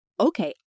okay